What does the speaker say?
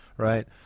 Right